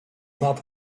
not